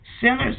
sinners